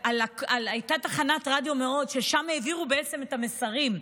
הייתה תחנת רדיו ושם העבירו את המסרים,